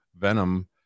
venom